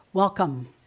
Welcome